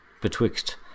betwixt